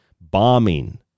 bombing